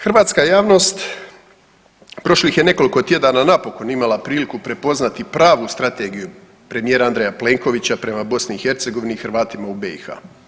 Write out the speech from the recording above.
Hrvatska javnost prošlih je nekoliko tjedana napokon imala priliku prepoznati pravu strategiju premijera Andreja Plenkovića prema BiH i Hrvatima u BiH.